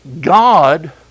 God